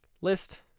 list